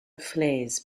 flees